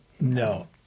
no